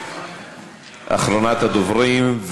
אחרונת הדוברים.